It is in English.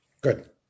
Good